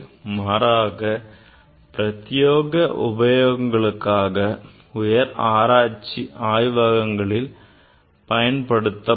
மாறாக பிரத்தியோக உபயோகங்களுக்காக உயர் ஆராய்ச்சி ஆய்வகங்களில் பயன்படுத்தப்படும்